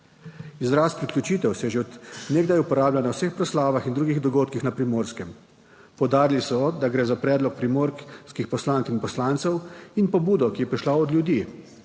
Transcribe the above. Izraz priključitev se že od nekdaj uporablja na vseh proslavah in drugih dogodkih na Primorskem. Poudarili so, da gre za predlog primorskih poslank in poslancev in pobudo, ki je prišla od ljudi.